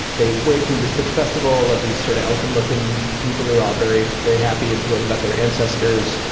they wade through this big festival of these sort of elephant looking people who are all very, very happy and thrilled about their ancestors.